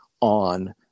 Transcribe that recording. on